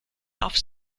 auf